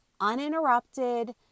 uninterrupted